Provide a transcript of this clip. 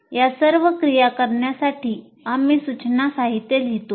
या सर्व क्रिया करण्यासाठी आम्ही सूचना साहित्य लिहितो